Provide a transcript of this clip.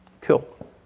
Cool